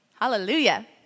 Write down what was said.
Hallelujah